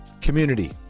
Community